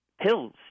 pills